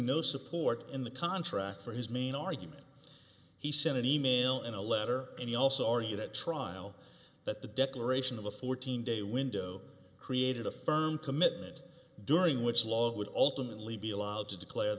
no support in the contract for his main argument he sent an email in a letter any also argued at trial that the declaration of a fourteen day window created a firm commitment during which law would ultimately be allowed to declare